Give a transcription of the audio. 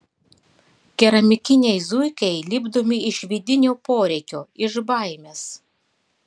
keramikiniai zuikiai lipdomi iš vidinio poreikio iš baimės